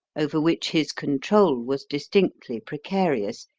over which his control was distinctly precarious.